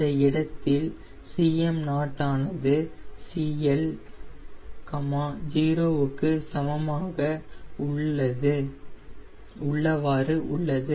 இந்த இடத்தில் Cm0 ஆனது CL 0 க்கு சமமாக உள்ளவாறு உள்ளது